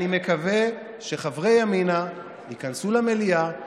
אני מקווה שחברי ימינה ייכנסו למליאה,